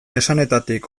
esanetatik